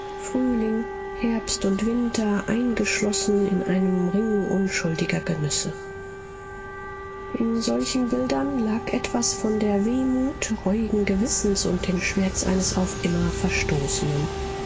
frühling herbst und winter eingeschlossen in einem ring unschuldiger genüsse in solchen bildern lag etwas von der wehmut reuigen gewissens und dem schmerz eines auf immer verstoßenen